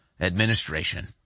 administration